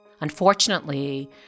Unfortunately